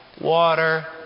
water